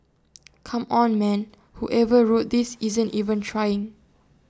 come on man whoever wrote this isn't even trying